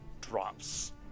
drops